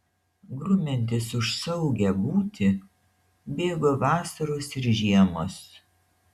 grumiantis už saugią būtį bėgo vasaros ir žiemos